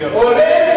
לנשיא ארצות-הברית.